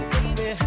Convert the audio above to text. Baby